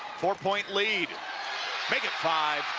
four-point lead make it five.